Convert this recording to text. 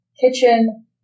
kitchen